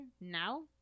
now